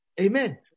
Amen